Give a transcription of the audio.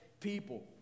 people